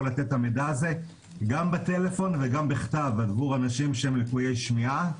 לתת את המידע הזה גם בטלפון וגם בכתב עבור לקויי שמיעה.